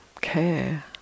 care